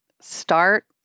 start